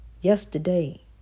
Yesterday